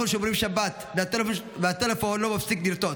אנחנו שומרים שבת, והטלפון לא מפסיק לרטוט.